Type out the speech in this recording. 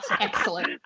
Excellent